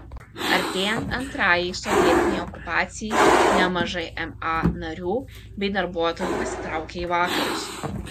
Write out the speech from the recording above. artėjant antrajai sovietinei okupacijai nemažai ma narių bei darbuotojų pasitraukė į vakarus